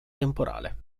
temporale